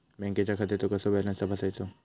बँकेच्या खात्याचो कसो बॅलन्स तपासायचो?